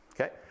Okay